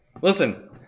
Listen